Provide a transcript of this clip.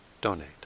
donate